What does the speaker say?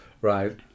right